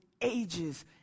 ages